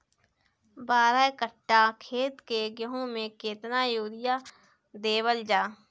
बारह कट्ठा खेत के गेहूं में केतना यूरिया देवल जा?